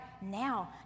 now